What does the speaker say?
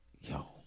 Yo